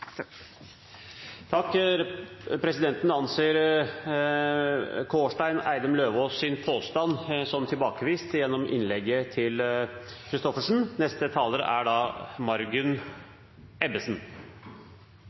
Presidenten anser representanten Kårstein Eidem Løvaas’ påstand som tilbakevist gjennom innlegget til representanten Christoffersen.